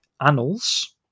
annals